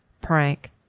prank